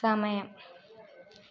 സമയം